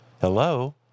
Hello